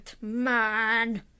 man